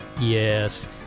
Yes